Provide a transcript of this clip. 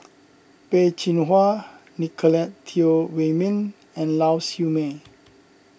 Peh Chin Hua Nicolette Teo Wei Min and Lau Siew Mei